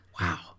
wow